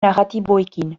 narratiboekin